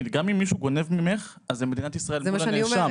גם אם משהו גונב ממך אז זו מדינת ישראל נגד הנאשם.